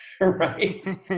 right